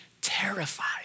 terrified